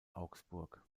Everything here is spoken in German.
augsburg